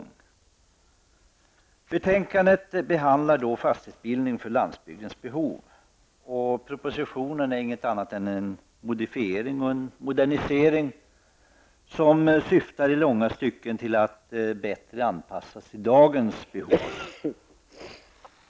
I betänkandet behandlas frågan om fastighetsbildning för landsbygdens behov. Propositionen är inte något annat än en modifiering och en modernisering, och syftet är i långa stycken att åstadkomma en bättre anpassning till dagens behov.